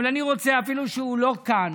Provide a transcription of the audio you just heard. אבל אני רוצה, אפילו שהוא לא כאן,